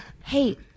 hey